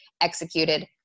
executed